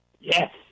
Yes